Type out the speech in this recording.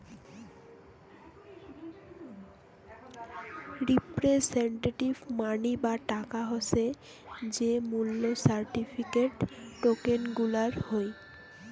representative money বা টাকা হসে যে মূল্য সার্টিফিকেট, টোকেন গুলার হই